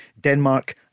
Denmark